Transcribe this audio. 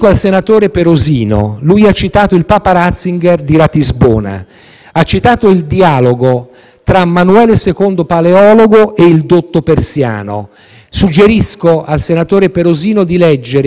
tra Manuele II Paleologo e il dotto persiano. Suggerisco, invece, al senatore Perosino di leggere Papa Wojtyla che accettò, come evoluzione della scienza e dei diritti,